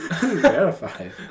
Verified